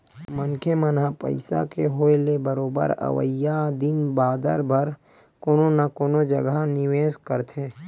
मनखे मन ह पइसा के होय ले बरोबर अवइया दिन बादर बर कोनो न कोनो जघा निवेस करथे